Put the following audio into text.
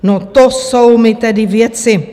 No to jsou mi tedy věci!